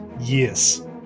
Yes